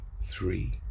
three